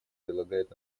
предлагает